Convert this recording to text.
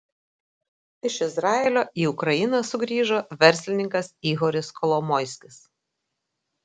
iš izraelio į ukrainą sugrįžo verslininkas ihoris kolomoiskis